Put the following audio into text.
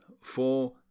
for—